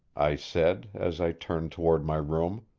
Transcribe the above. i said, as i turned toward my room,